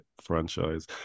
franchise